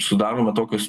sudaroma tokios